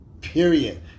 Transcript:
Period